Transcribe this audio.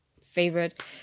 Favorite